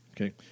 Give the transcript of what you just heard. Okay